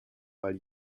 weil